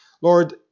Lord